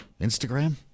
Instagram